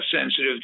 sensitive